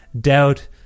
doubt